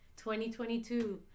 2022